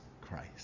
Christ